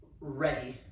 ready